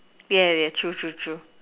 yeah yeah true true true